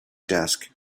desk